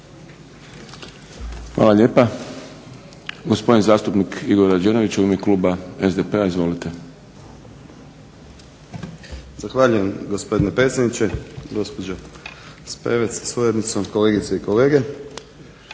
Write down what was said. Hvala lijepa. Gospodin zastupnik Igor Rađenović u ime kluba SDP-a. Izvolite. **Rađenović, Igor (SDP)** Zahvaljujem gospodine predsjedniče, gospođo Spevec sa suradnicom, kolegice i kolege.